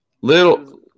little